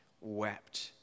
wept